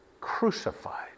crucified